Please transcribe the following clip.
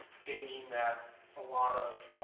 they mean that a lot of